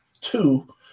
two